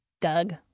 Doug